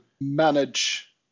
manage